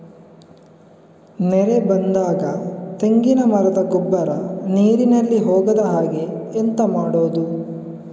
ನೆರೆ ಬಂದಾಗ ತೆಂಗಿನ ಮರದ ಗೊಬ್ಬರ ನೀರಿನಲ್ಲಿ ಹೋಗದ ಹಾಗೆ ಎಂತ ಮಾಡೋದು?